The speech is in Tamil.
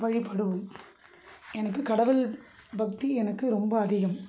வழிபடுவோம் எனக்கு கடவுள் பக்தி எனக்கு ரொம்ப அதிகம்